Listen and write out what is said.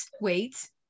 wait